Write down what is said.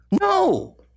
No